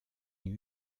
new